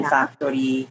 Factory